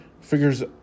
figures